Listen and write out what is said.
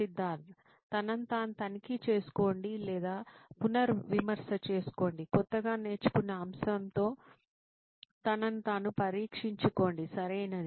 సిద్ధార్థ్ తనను తాను తనిఖీ చేసుకోండి లేదా పునర్విమర్శ చేసుకోండి కొత్తగా నేర్చుకున్న అంశంతో తనను తాను పరీక్షించుకోండి సరియైనది